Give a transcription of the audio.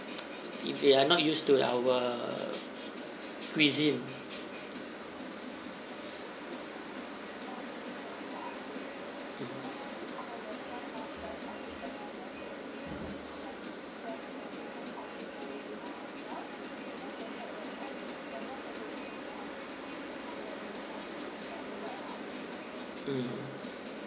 if they are not used to our cuisine mmhmm mm